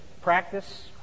practice